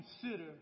consider